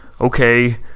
Okay